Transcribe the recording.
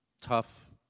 tough